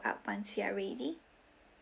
up once you are ready